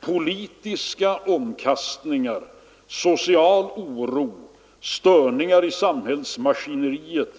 Politiska omkastningar, social oro och störningar i samhällsmaskineriet